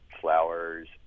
flowers